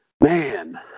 man